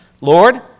Lord